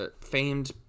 famed